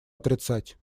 отрицать